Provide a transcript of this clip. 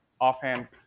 offhand